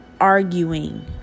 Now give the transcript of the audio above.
arguing